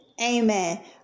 Amen